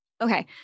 Okay